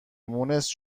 مونس